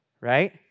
right